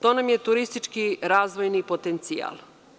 To nam je turistički razvojni potencijal.